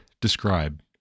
describe